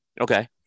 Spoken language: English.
Okay